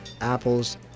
apples